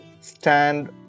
stand